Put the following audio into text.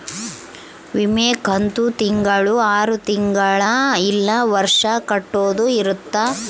ವಿಮೆ ಕಂತು ತಿಂಗಳ ಆರು ತಿಂಗಳ ಇಲ್ಲ ವರ್ಷ ಕಟ್ಟೋದ ಇರುತ್ತ